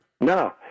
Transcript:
No